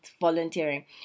volunteering